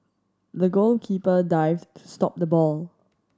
the goalkeeper dived to stop the ball